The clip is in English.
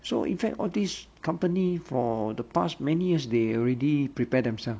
so in fact all these company for the past many years they already prepare themselves